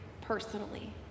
personally